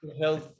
health